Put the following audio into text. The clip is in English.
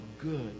good